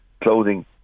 clothing